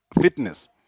fitness